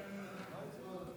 הסתייגות 63 לא נתקבלה.